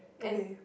okay